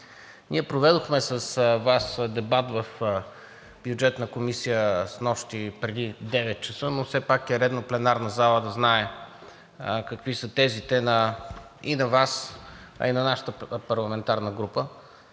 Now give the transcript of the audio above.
Ние проведохме с Вас дебат в Бюджетната комисия снощи преди девет часа̀, но все пак е редно пленарната зала да знае какви са тезите и на Вас, а и на нашата парламентарна група.